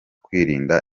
kwirinda